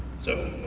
so